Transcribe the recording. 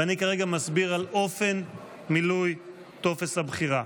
ואני כרגע מסביר על אופן מילוי טופס הבחירה.